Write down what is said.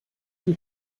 mit